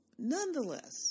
Nonetheless